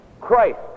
Christ